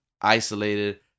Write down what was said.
isolated